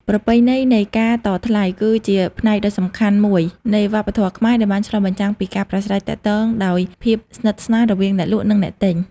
ប្រពៃណីនៃការតថ្លៃ គឺជាផ្នែកដ៏សំខាន់មួយនៃវប្បធម៌ខ្មែរ ដែលបានឆ្លុះបញ្ចាំងពីការប្រាស្រ័យទាក់ទងដោយភាពស្និទ្ធស្នាលរវាងអ្នកលក់ និងអ្នកទិញ។